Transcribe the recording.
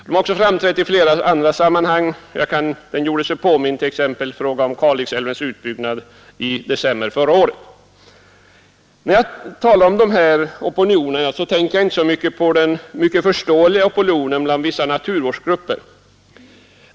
Den har också framträtt i flera andra sammanhang och gjorde sig påmind i december förra året i fråga om Kalixälvens utbyggnad. När jag talar om dessa opinioner tänker jag inte så mycket på den förståeliga opinionen bland vissa naturvårdsgrupper.